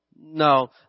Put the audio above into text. No